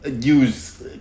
use